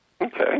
Okay